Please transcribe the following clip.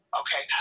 okay